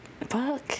Fuck